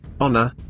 honor